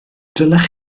dylech